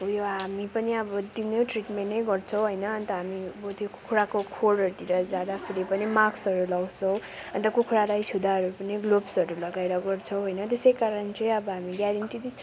उयो हामी पनि अब दिनै ट्रिटमेन्ट नै गर्छौँ होइन अन्त हामी कुखुराको खोरहरूतिर जाँदाखेरि पनि मास्कहरू लगाउँछौँ अनि कुखुरालाई छुँदाहरू पनि ग्लोब्सहरू लगाएर गर्छौँ होइन त्यसै कारण चाहिँ अब हामी ग्यारेन्टी दिन्छ